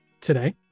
today